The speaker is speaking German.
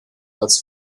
als